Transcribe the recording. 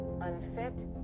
unfit